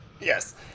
Yes